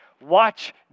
watch